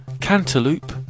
Cantaloupe